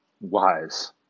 wise